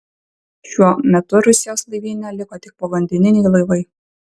šiuo metu rusijos laivyne liko tik povandeniniai laivai